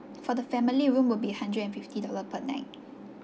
for the family room will be hundred and fifty dollar per night